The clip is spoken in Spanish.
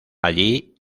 allí